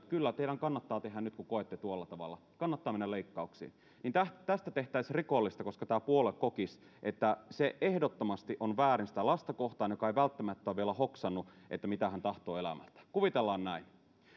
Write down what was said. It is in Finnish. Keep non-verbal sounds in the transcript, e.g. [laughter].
[unintelligible] kyllä teidän kannattaa kun nyt koette tuolla tavalla mennä leikkauksiin niin siitä tehtäisiin rikollista koska tämä puolue kokisi että se ehdottomasti on väärin sitä lasta kohtaan joka ei välttämättä ole vielä hoksannut mitä hän tahtoo elämältä kuvitellaan näin